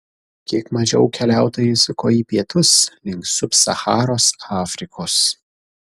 kiek mažiau keliautojų suko į pietus link sub sacharos afrikos